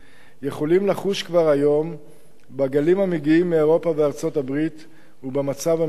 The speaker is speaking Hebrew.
יכולים לחוש כבר היום בגלים המגיעים מאירופה וארצות-הברית ובמצב המשתנה.